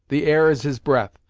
the air is his breath,